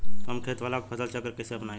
कम खेत वाला फसल चक्र कइसे अपनाइल?